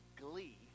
glee